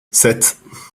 sept